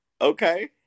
Okay